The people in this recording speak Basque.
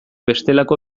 bestelako